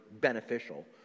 beneficial